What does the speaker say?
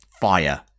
Fire